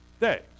days